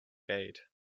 gate